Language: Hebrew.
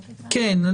כן.